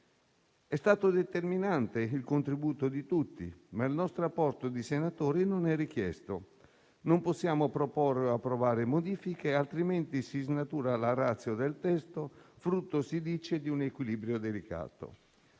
È stato determinante il contributo di tutti, ma il nostro apporto di senatori non è richiesto: non possiamo proporre o approvare modifiche altrimenti si snatura la *ratio* del testo, frutto - si dice - di un equilibrio delicato.